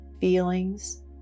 feelings